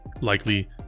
likely